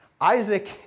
Isaac